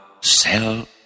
sell